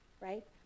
right